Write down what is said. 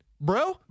Bro